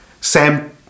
Sam